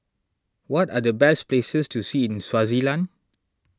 what are the best places to see in Swaziland